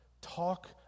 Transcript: Talk